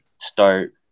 start